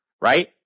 right